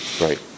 right